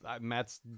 Matt's